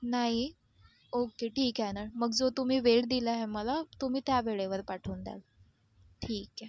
नाही ओके ठीक आहे ना मग जो तुम्ही वेळ दिला आहे मला तुम्ही त्या वेळेवर पाठवून द्याल ठीक आहे